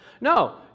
No